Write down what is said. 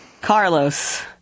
Carlos